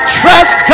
trust